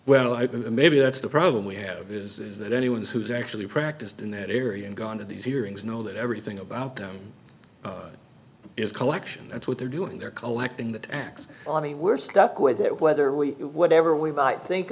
well maybe that's the problem we have is that anyone who's actually practiced in that area and gone to these hearings know that everything about them is collection that's what they're doing they're collecting the tax on me we're stuck with it whether we whatever we might think